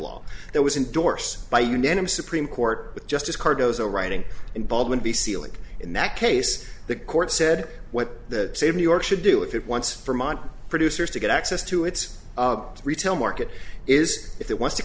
law that was indorse by unanimous supreme court justice cardozo writing involvement the ceiling in that case the court said what the save new york should do if it wants from on producers to get access to its retail market is if it wants to